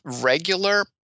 regular